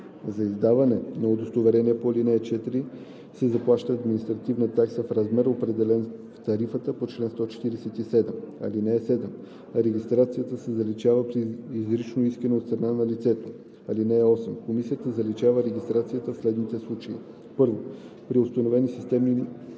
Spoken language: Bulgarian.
За издаване на удостоверение по ал. 4 се заплаща административна такса в размер, определен в тарифата по чл. 147. (7) Регистрацията се заличава при изрично искане от страна на лицето. (8) Комисията заличава регистрацията в следните случаи: 1. при установени системни